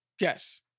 Yes